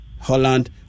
Holland